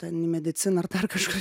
ten į mediciną ar dar kažkur